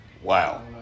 Wow